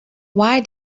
why